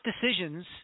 decisions